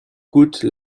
coûte